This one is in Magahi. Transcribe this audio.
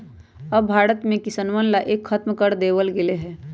अब भारत में किसनवन ला कर खत्म कर देवल गेले है